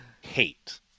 hate